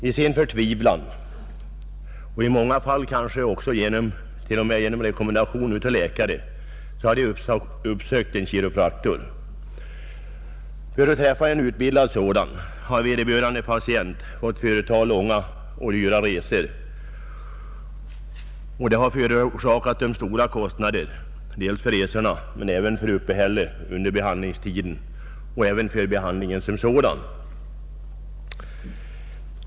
I sin förtvivlan — i många fall kanske också efter rekommendation av läkare — har de slutligen uppsökt en chiropraktor. Men för att konsultera en utbildad chiropraktor har patienterna ofta fått 15 företa långa och dyra resor, och det har medfört stora kostnader dels för resorna, dels för uppehället under behandlingstiden, dels ock för själva behandlingen.